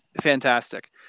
fantastic